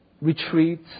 retreats